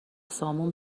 سامون